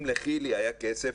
אם לחילי היה כסף,